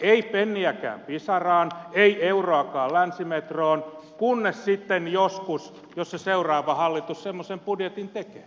ei penniäkään pisaraan ei euroakaan länsimetroon kunnes sitten joskus jos se seuraava hallitus semmoisen budjetin tekee